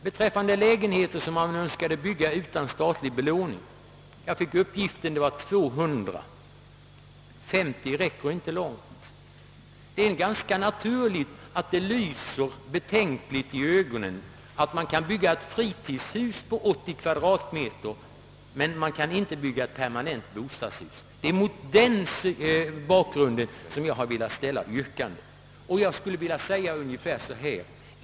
Jag fick då den upplysningen att antalet var omkring 200. Det räcker därför inte långt med 50 lägenheter. Och det är ganska naturligt att detta lyser i ögonen på dem som vill bygga; det kan få byggas ett fritidshus på 80 kvadratmeter men inte ett permanent bostadshus. Det är mot den bakgrunden som jag har varit med om att ställa yrkandet i motion nr 413.